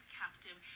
captive